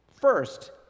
first